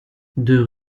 deux